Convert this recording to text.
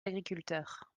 d’agriculteurs